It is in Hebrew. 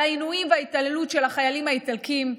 על העינויים וההתעללות של החיילים האיטלקים,